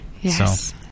Yes